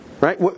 right